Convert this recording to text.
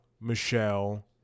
Michelle